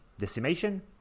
Decimation